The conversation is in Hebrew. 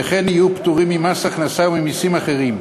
וכן יהיו פטורים ממס הכנסה וממסים אחרים.